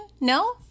No